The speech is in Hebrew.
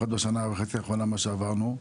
לפחות בשנה וחצי האחרונה מה שעברנו.